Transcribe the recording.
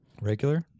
Regular